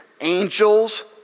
Angels